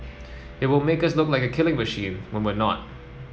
it will make us look like a killing machine when we're not